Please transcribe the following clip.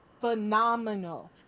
phenomenal